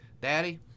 daddy